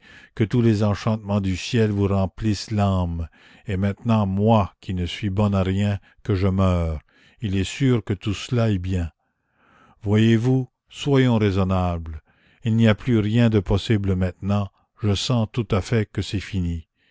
que tous les enchantements du ciel vous remplissent l'âme et maintenant moi qui ne suis bon à rien que je meure il est sûr que tout cela est bien voyez-vous soyons raisonnables il n'y a plus rien de possible maintenant je sens tout à fait que c'est fini